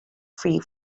free